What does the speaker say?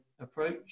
approach